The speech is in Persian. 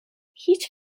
هیچ